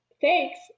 thanks